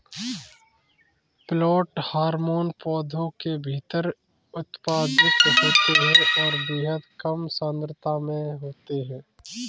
plant hormone पौधों के भीतर उत्पादित होते हैंऔर बेहद कम सांद्रता में होते हैं